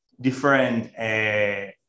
different